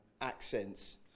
accents